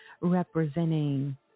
representing